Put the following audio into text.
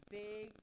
big